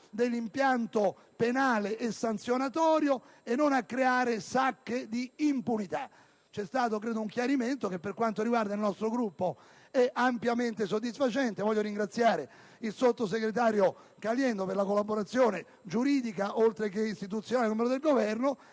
dell'impianto penale e sanzionatorio e a non creare sacche di impunità. C'è stato un chiarimento che per quanto riguarda il nostro Gruppo è ampiamente soddisfacente. Voglio ringraziare il sottosegretario Caliendo per la collaborazione giuridica oltre che istituzionale, come membro del Governo,